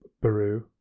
Baru